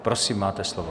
Prosím, máte slovo.